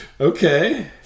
Okay